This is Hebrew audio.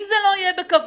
אם זה לא יהיה בכבוד